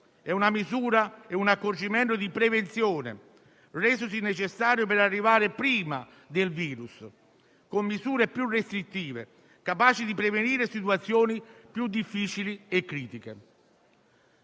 Si tratta di un accorgimento di prevenzione, resosi necessario per arrivare prima del virus, con misure più restrittive, capaci di prevenire situazioni più difficili e critiche.